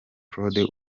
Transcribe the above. claude